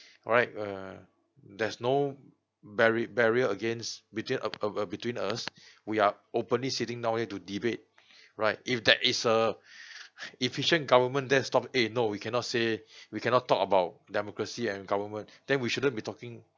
alright uh there's no barri~ barrier against between uh uh uh between us we are openly sitting down to debate right if that is a efficient government let's stop eh we cannot say we cannot talk about democracy and government then we shouldn't be talking